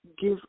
give